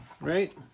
right